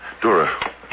Dora